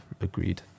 agreed